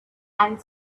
and